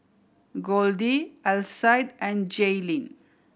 Goldie Alcide and Jaylyn